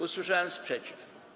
Usłyszałem sprzeciw.